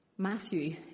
Matthew